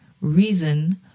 reason